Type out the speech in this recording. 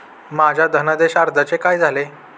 माझ्या धनादेश अर्जाचे काय झाले?